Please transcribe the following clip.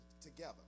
together